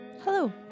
Hello